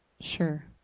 Sure